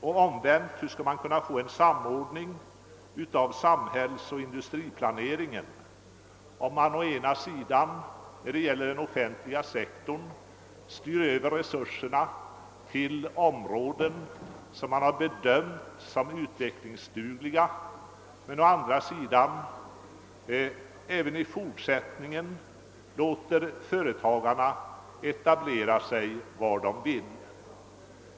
Och omvänt: Hur skall man kunna få en samordning av samhällsoch industriplaneringen, om man å ena sidan när det gäller den offentliga sektorn styr över resurserna till områden vilka bedöms som utvecklingsdugliga men å andra sidan även i fortsättningen låter företagarna etablera sig var de vill?